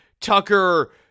Tucker